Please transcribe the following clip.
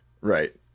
Right